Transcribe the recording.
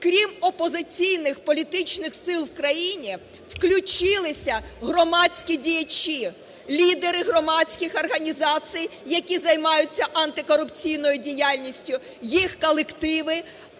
крім опозиційних політичних сил в країні, включилися громадські діячі, лідери громадських організацій, які займаються антикорупційною діяльністю, їх колективи,